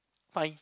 fine